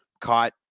caught